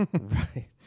Right